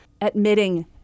admitting